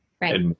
Right